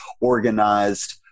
organized